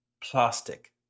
plastic